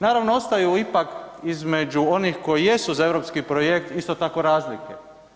Naravno ostaju ipak između onih koji jesu za europski projekt isto tako razlike.